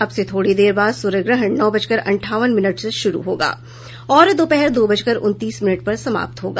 अब से थोड़ी देर बाद सूर्यग्रहण नौ बजकर अंठावन मिनट से शुरू होगा और दोपहर दो बजकर उनतीस मिनट पर समाप्त होगा